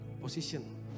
position